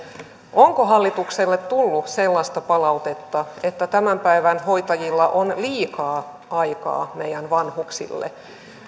onko hallitukselle tullut sellaista palautetta että tämän päivän hoitajilla on liikaa aikaa meidän vanhuksille